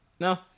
no